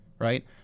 Right